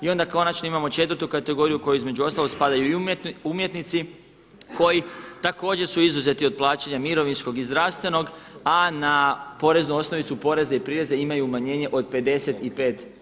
I onda konačno imamo četvrtu kategoriju u koju između ostalog spadaju i umjetnici koji također su izuzeti od plaćanja mirovinskog i zdravstvenog, a na poreznu osnovicu poreza i prireza imaju umanjenje od 55%